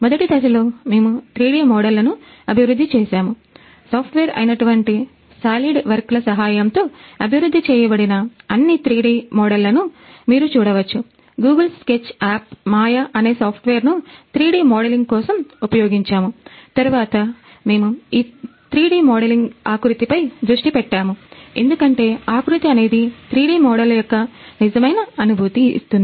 మొదటి దశలో మేము 3 డి మోడళ్లను అభివృద్ధి చేసాము సాఫ్ట్వేర్నూ 3D మోడలింగ్ కోసం ఉపయోగించాము తరువాత మేము 3 డి మోడలింగ్ ఆకృతిపై దృష్టి పెట్టాము ఎందుకంటే ఆకృతి అనేది 3D మోడళ్ల యొక్క నిజమైన అనుభూతి ఇస్తుంది